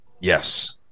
Yes